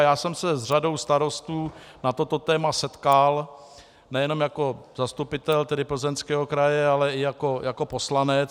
Já jsem se s řadou starostů na toto téma setkal nejenom jako zastupitel Plzeňského kraje, ale i jako poslanec.